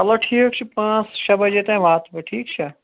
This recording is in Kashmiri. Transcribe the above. چَلو ٹھیٖک چھُ پانٛژھ شیٚے بَجے تام واتو أسۍ ٹھیٖک چھا